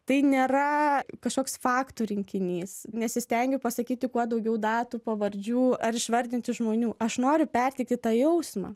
tai nėra kažkoks faktų rinkinys nesistengiu pasakyti kuo daugiau datų pavardžių ar išvardinti žmonių aš noriu perteikti tą jausmą